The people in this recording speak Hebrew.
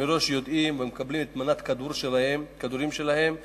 שמראש יודעים ומקבלים את מנת הכדורים שלהם,